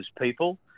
people